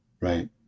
right